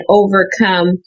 overcome